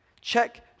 Check